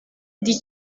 die